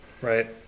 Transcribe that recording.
Right